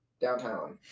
downtown